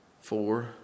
four